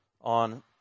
on